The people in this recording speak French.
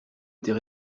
était